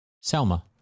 Selma